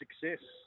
success